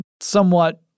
somewhat